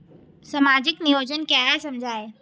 सामाजिक नियोजन क्या है समझाइए?